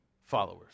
followers